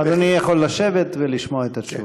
אדוני יכול לשבת ולשמוע את התשובה.